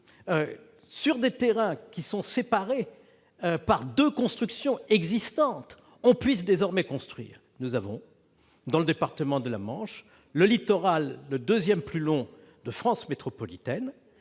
sur des terrains qui sont encadrés par deux constructions existantes, on puisse désormais construire. Dans le département de la Manche, nous avons le deuxième plus long littoral de France métropolitaine.